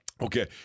Okay